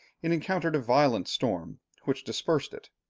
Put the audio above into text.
it encountered a violent storm, which dispersed it.